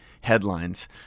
headlines